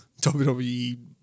WWE